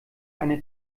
eine